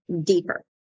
deeper